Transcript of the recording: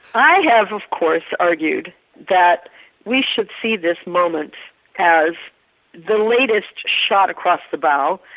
i have of course argued that we should see this moment as the latest shot across the bow,